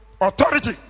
authority